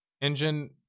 Engine